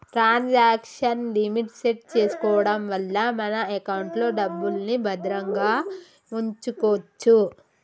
transaction limit set చేసుకోడం వల్ల మన ఎకౌంట్లో డబ్బుల్ని భద్రంగా వుంచుకోచ్చు